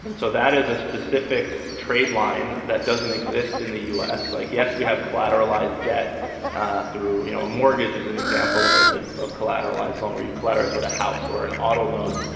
and so that is a specific trade line that doesn't exist in the us, like yes we have collateralized debt through you know a mortgage is an example of a collateralized loan, or you collateralize with a house, or an auto loan.